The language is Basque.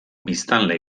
biztanle